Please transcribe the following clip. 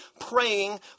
praying